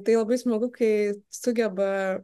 tai labai smagu kai sugeba